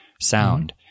sound